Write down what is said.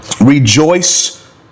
Rejoice